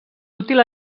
útil